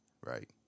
right